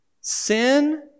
sin